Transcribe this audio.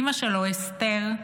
אימא שלו, אסתר,